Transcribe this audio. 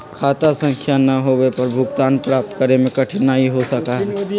खाता संख्या ना होवे पर भुगतान प्राप्त करे में कठिनाई हो सका हई